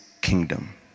kingdom